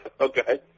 Okay